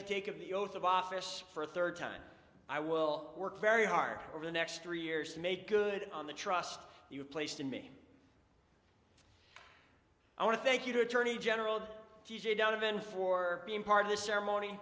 to take of the oath of office for a third time i will work very hard over the next three years to make good on the trust you placed in me i want to thank you to attorney general t j donovan for being part of the ceremony